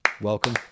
welcome